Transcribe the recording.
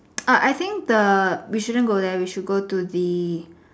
uh I think the we shouldn't go there we should go to the